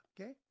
okay